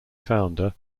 founder